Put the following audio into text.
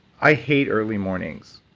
i hate early mornings.